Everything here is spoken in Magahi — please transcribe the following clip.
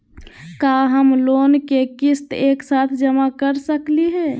का हम लोन के किस्त एक साथ जमा कर सकली हे?